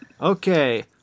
Okay